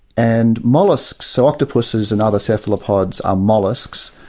and molluscs, so octopuses and other cephalopods are molluscs,